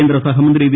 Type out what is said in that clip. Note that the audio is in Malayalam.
കേന്ദ്ര സഹമന്ത്രി വി